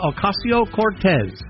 Ocasio-Cortez